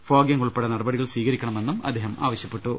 fogging ഉൾപ്പെടെ നടപടികൾ സ്വീകരിക്കണമെന്നും അദ്ദേഹം ആവശ്യപ്പെട്ടു